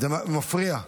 זה מפריע.